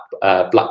Black